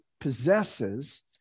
possesses